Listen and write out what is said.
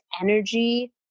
energy